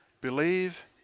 believe